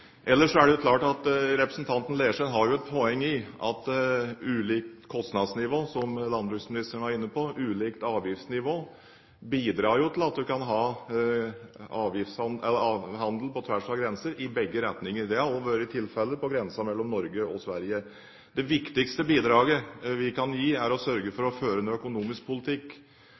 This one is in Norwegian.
Ellers er det klart at representanten Leirstein har et poeng i at ulikt kostnadsnivå – som landbruksministeren var inne på – og ulikt avgiftsnivå bidrar til at en kan ha handel på tvers av grenser i begge retninger. Det har også vært tilfellet på grensen mellom Norge og Sverige. Det viktigste bidraget vi kan gi, er å sørge for å føre en økonomisk politikk